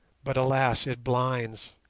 but alas it blinds!